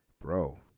bro